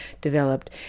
developed